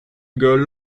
girl